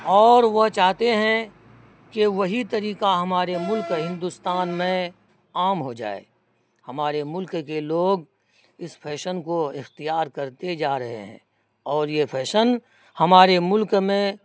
اور وہ چاہتے ہیں کہ وہی طریقہ ہمارے ملک ہندوستان میں عام ہو جائے ہمارے ملک کے لوگ اس فیشن کو اختیار کرتے جا رہے ہیں اور یہ فیشن ہمارے ملک میں